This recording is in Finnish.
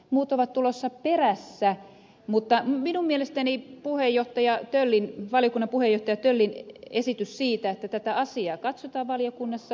muut ovat tulossa perässä mutta minun mielestäni valiokunnan puheenjohtaja töllin esitys siitä että tätä asiaa katsotaan valiokunnassa on hyvä